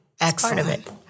Excellent